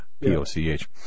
P-O-C-H